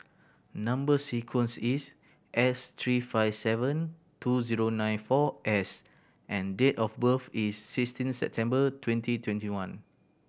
number sequence is S three five seven two zero nine four S and date of birth is sixteen September twenty twenty one